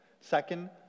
Second